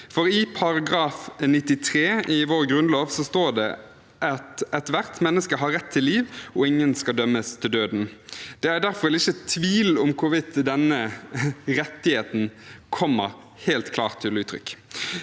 står det at ethvert menneske har rett til liv, og at ingen skal dømmes til døden. Det er derfor ikke tvil om hvorvidt denne rettigheten kommer helt klart til uttrykk.